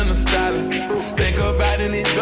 um stylist think ah about any